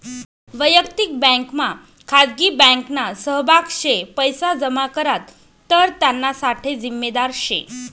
वयक्तिक बँकमा खाजगी बँकना सहभाग शे पैसा जमा करात तर त्याना साठे जिम्मेदार शे